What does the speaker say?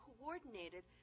coordinated